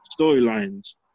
storylines